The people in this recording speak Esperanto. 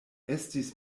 estis